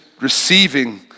receiving